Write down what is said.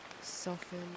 soften